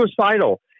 suicidal